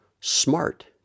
Smart